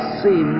see